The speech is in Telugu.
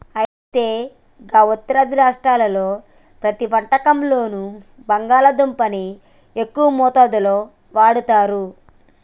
అయితే గా ఉత్తరాది రాష్ట్రాల్లో ప్రతి వంటకంలోనూ బంగాళాదుంపని ఎక్కువ మోతాదులో వాడుతారు